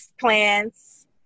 plants